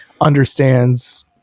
understands